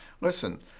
Listen